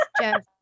Jeff